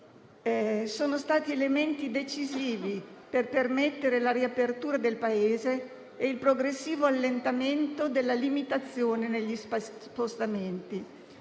sono stati elementi decisivi per permettere la riapertura del Paese e il progressivo allentamento della limitazione negli spostamenti.